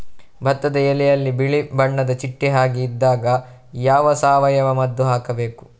ಭತ್ತದ ಎಲೆಯಲ್ಲಿ ಬಿಳಿ ಬಣ್ಣದ ಚಿಟ್ಟೆ ಹಾಗೆ ಇದ್ದಾಗ ಯಾವ ಸಾವಯವ ಮದ್ದು ಹಾಕಬೇಕು?